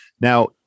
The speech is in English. Now